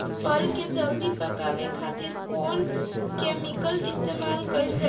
फल के जल्दी पकावे खातिर कौन केमिकल इस्तेमाल कईल जाला?